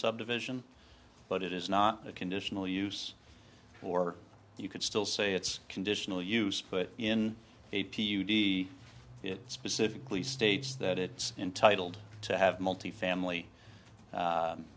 subdivision but it is not a conditional use or you could still say it's conditional use put in a p u d it specifically states that it's entitled to have multifamily